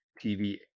TV